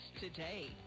today